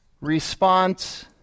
Response